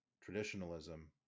traditionalism